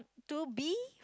to be